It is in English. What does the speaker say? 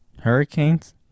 Hurricanes